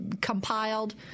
compiled